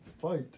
fight